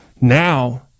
now